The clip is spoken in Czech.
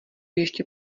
ještě